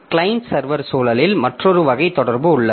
client server சூழலில் மற்றொரு வகை தொடர்பு உள்ளது